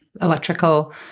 electrical